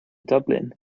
dublin